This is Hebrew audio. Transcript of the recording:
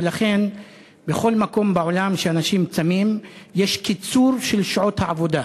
ולכן בכל מקום בעולם שאנשים צמים יש קיצור של שעות העבודה.